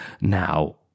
Now